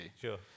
Sure